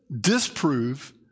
disprove